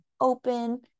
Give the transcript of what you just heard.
open